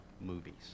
movies